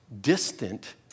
distant